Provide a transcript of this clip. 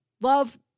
love